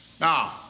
Now